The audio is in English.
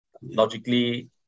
Logically